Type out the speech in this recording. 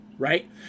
right